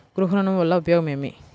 గృహ ఋణం వల్ల ఉపయోగం ఏమి?